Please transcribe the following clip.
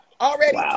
already